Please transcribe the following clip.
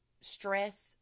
stress